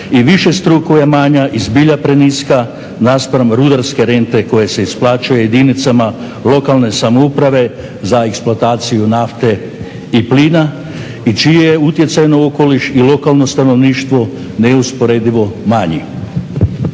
i višestruko je manja i zbilja preniska naspram rudarske rente koja se isplaćuje jedinicama lokalne samouprave za eksploataciju nafte i plina i čiji je utjecaj na okoliš i lokalno stanovništvo neusporedivo manji.